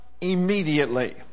immediately